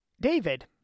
David